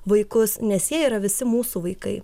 vaikus nes jie yra visi mūsų vaikai